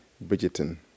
Bridgeton